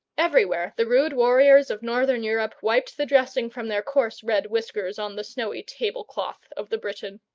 everywhere the rude warriors of northern europe wiped the dressing from their coarse red whiskers on the snowy table-cloth of the briton.